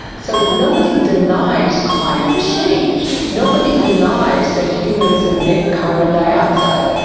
so nobody denies climate change. nobody denies that humans emit carbon dioxide.